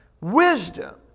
wisdom